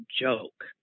joke